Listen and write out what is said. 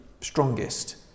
strongest